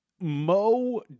mo